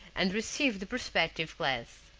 and received the perspective glass.